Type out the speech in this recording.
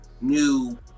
new